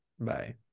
Bye